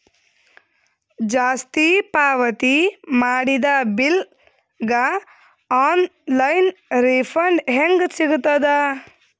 ಜಾಸ್ತಿ ಪಾವತಿ ಮಾಡಿದ ಬಿಲ್ ಗ ಆನ್ ಲೈನ್ ರಿಫಂಡ ಹೇಂಗ ಸಿಗತದ?